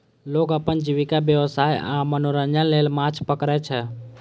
लोग अपन जीविका, व्यवसाय आ मनोरंजन लेल माछ पकड़ै छै